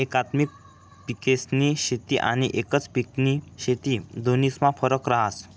एकात्मिक पिकेस्नी शेती आनी एकच पिकनी शेती दोन्हीस्मा फरक रहास